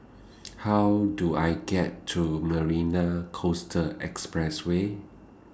How Do I get to Marina Coastal Expressway